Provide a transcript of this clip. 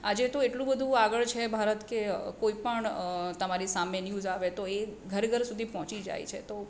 આજે તો એટલું બધું આગળ છે ભારત કે કોઈ પણ તમારી સામે ન્યૂઝ આવે તો એ ઘર ઘર સુધી પહોંચી જાય છે તો